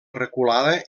reculada